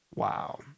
wow